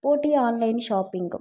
పోటీ online shopping